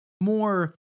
more